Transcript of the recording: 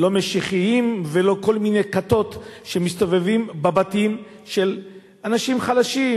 לא משיחיים ולא כל מיני כתות שמסתובבים בבתים של אנשים חלשים,